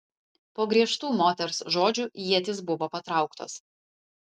po griežtų moters žodžių ietys buvo patrauktos